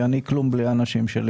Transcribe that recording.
כלום בלי האנשים שלי.